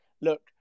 look